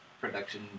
production